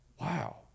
Wow